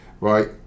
right